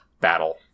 battle